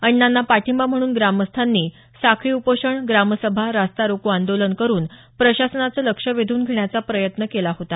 अण्णांना पाठिंबा म्हणून ग्रामस्थांनी साखळी उपोषण ग्रामसभा रास्ता रोको आंदोलन करून प्रशासनाचं लक्ष वेधून घेण्याचा प्रयत्न केला होता